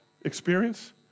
experience